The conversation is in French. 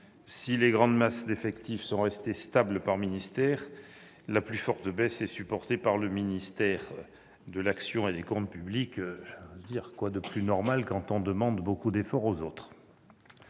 Si les grandes masses d'effectifs par ministère sont restées stables, la plus forte baisse est supportée par le ministère de l'action et des comptes publics. Mais quoi de plus normal quand on demande beaucoup d'efforts aux autres ?